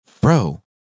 bro